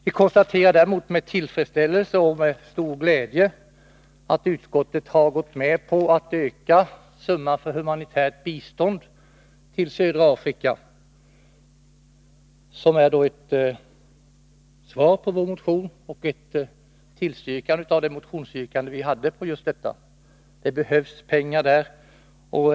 Vi konstaterar däremot med tillfredsställelse och med stor glädje att utskottet har gått med på att öka summan för humanitärt bistånd till södra Afrika. Det är ett svar på kraven i vår motion och ett tillstyrkande av vårt yrkande där. Det behövs pengar.